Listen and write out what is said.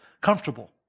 comfortable